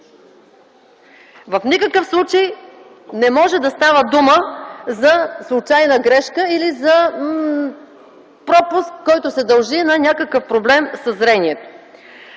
В никакъв случай не може да става дума за случайна грешка или за пропуск, който се дължи на някакъв проблем със зрението.